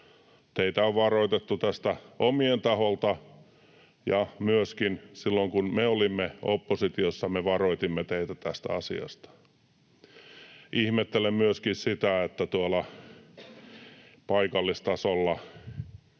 Teitä on varoitettu tästä omien taholta, ja myöskin silloin, kun me olimme oppositiossa, me varoitimme teitä tästä asiasta. Ihmettelen myöskin sitä, että tuolla paikallistasolla,